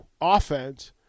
offense